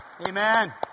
Amen